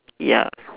ya